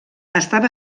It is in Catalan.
estava